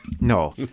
No